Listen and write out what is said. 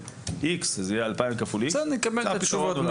נקבל את התשובות מהאוצר כשנקבל את הנתונים.